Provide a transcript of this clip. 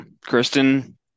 Kristen